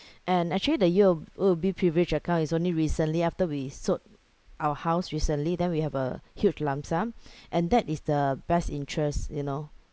and actually the U_O_B privilege account is only recently after we sold our house recently then we have a huge lump sum and that is the best interest you know